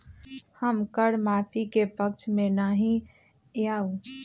हम कर माफी के पक्ष में ना ही याउ